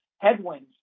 headwinds